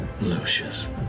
Lucius